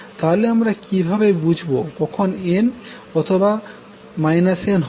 তাহলে আমরা কিভাবে বুঝবো কখন n অথবা n হবে